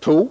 på.